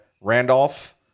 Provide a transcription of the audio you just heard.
Randolph